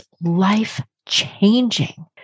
life-changing